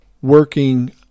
Working